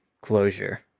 closure